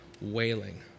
wailing